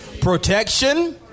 protection